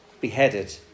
beheaded